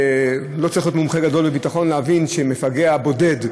לא צריך להיות מומחה גדול כדי להבין שמפגע בודד,